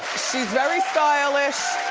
she's very stylish,